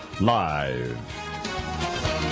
Live